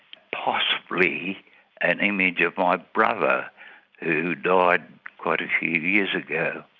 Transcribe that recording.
possibly an image of my brother who died quite a few years ago,